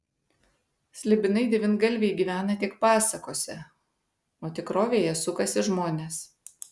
slibinai devyngalviai gyvena tik pasakose o tikrovėje sukasi žmonės